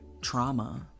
trauma